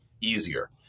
easier